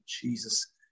Jesus